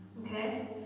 Okay